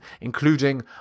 including